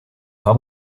how